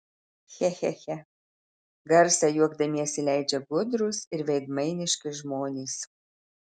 che che che garsą juokdamiesi leidžia gudrūs ir veidmainiški žmonės